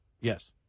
Yes